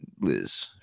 Liz